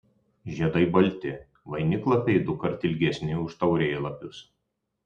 žiedai balti vainiklapiai dukart ilgesni už taurėlapius